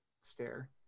stare